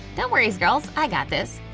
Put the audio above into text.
no worries, girls, i got this.